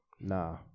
Nah